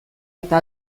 eta